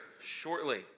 shortly